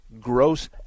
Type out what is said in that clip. gross